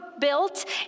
built